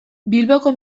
bilboko